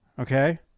okay